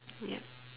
yup